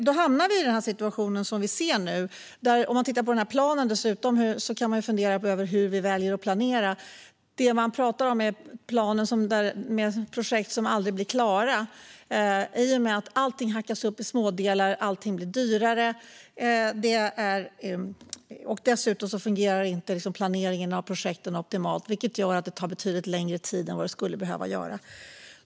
Då hamnar vi i den situation vi nu ser, och när man ser planen kan man fundera över hur vi väljer att planera. Det handlar om projekt som aldrig blir klara eftersom allt hackas upp i smådelar och allt blir dyrare. Dessutom fungerar inte planeringen av projekten optimalt, vilket gör att det tar betydligt längre tid än vad det skulle behöva göra.